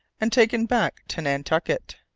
and taken back to nantucket.